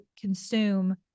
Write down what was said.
consume